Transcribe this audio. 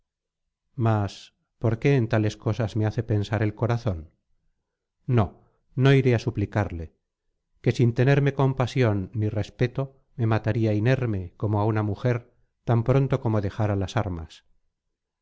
mas por qué en tales cosas me hace pensar el corazón no no iré á suplicarle que sin tenerme compasión ni respeto me mataría inerme como á una mujer tan pronto como dejara las armas